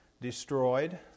destroyed